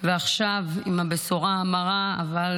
ועכשיו עם הבשורה המרה, אבל